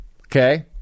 Okay